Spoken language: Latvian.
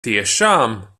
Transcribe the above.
tiešām